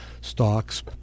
stocks